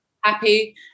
happy